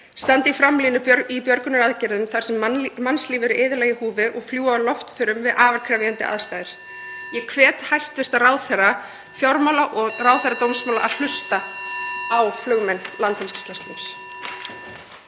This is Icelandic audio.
standa í framlínu í björgunaraðgerðum þar sem mannslíf eru iðulega í húfi og fljúga loftförum við afar krefjandi aðstæður. Ég hvet hæstv. ráðherra fjármála og ráðherra dómsmála að hlusta á flugmenn Landhelgisgæslunnar.